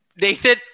Nathan